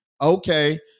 Okay